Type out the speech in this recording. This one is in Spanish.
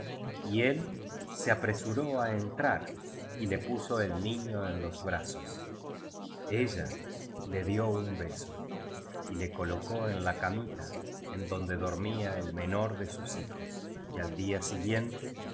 y él se apresuró á en trar y le puso el niño en los brazos ella le dio un beso y le colocó en la camita en donde dormía el menor de sus hijos y al día siguiente